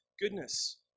Goodness